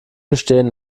bestehen